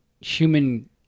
human